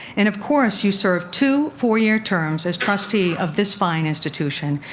and, of course, you served two four-year terms as trustee of this fine institution,